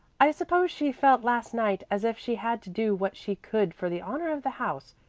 i suppose she felt last night as if she had to do what she could for the honor of the house,